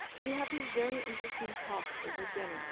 we have these very interesting talks over dinner, yeah